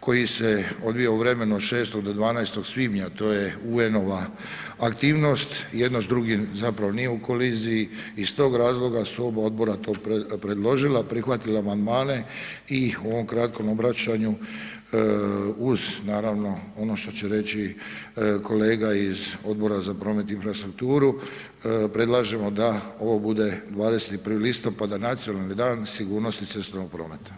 koji se odvija u vremenu od 6. do 12. svibnja to je UN-ova aktivnost i jedno s drugim zapravo nije u koliziji i iz tog razloga su oba odbora to predložila, prihvatila amandmane i u ovom kratkom obraćanju uz naravno ono što će reći kolega iz Odbora za pomorstvo, promet i infrastrukturu predlažemo da ovo bude 21. listopada Nacionalni dan sigurnosti cestovnog prometa.